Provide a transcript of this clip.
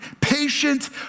Patient